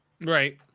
Right